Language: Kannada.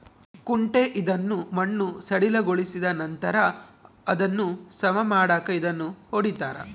ಕುಂಟೆ ಇದನ್ನು ಮಣ್ಣು ಸಡಿಲಗೊಳಿಸಿದನಂತರ ಅದನ್ನು ಸಮ ಮಾಡಾಕ ಇದನ್ನು ಹೊಡಿತಾರ